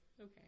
Okay